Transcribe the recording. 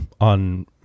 on